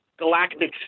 Galactic